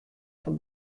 fan